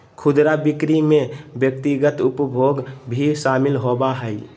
खुदरा बिक्री में व्यक्तिगत उपभोग भी शामिल होबा हइ